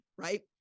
right